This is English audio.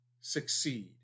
succeed